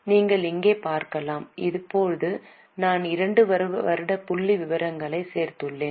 நீங்கள் இங்கே பார்க்கலாம் இப்போது நான் 2 வருட புள்ளிவிவரங்களை சேர்த்துள்ளேன்